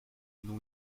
nous